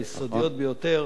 היסודיות ביותר,